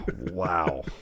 Wow